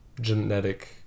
genetic